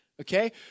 okay